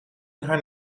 haar